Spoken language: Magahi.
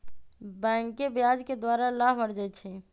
बैंके ब्याज के द्वारा लाभ अरजै छै